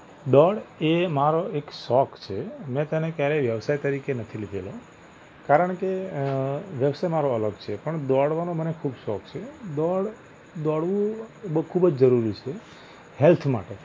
દોડ એ મારો એક શોખ છે મેં તેને ક્યારેય વ્યવસાય તરીકે નથી લીધેલો કારણ કે વ્યવસાય મારો અલગ છે પણ દોડવાનો મને ખૂબ શોખ છે દોડ દોડવું એ ખૂબ જ જરૂરી છે હૅલ્થ માટે